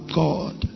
god